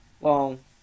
Long